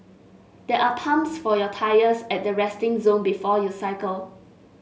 there are pumps for your tyres at the resting zone before you cycle